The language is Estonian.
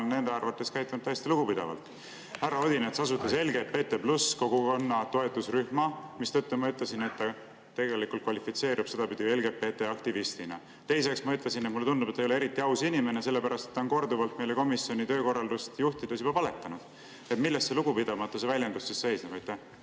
mina olen enda arvates käitunud täiesti lugupidavalt. Härra Odinets asutas LGBT+ kogukonna toetusrühma, mistõttu ma ütlesin, et ta tegelikult kvalifitseerub sedapidi LGBT-aktivistina. Teiseks, ma ütlesin, et mulle tundub, et ta ei ole eriti aus inimene, sellepärast et ta on korduvalt meile komisjoni tööd juhtides juba valetanud. Milles see lugupidamatuse väljendus siis seisneb?